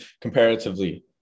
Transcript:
comparatively